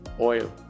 oil